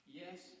yes